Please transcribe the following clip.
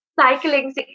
Cycling